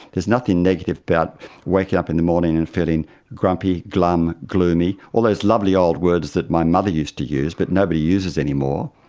there's nothing negative about waking up in the morning and feeling grumpy, glum, gloomy, all those lovely old words that my mother used to use but nobody uses anymore.